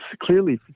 Clearly